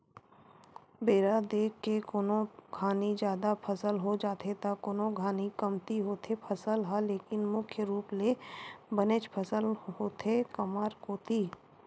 बेरा देख के कोनो घानी जादा फसल हो जाथे त कोनो घानी कमती होथे फसल ह लेकिन मुख्य रुप ले बनेच फसल होथे हमर कोती